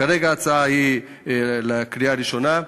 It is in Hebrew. כרגע ההצעה מובאת לקריאה ראשונה,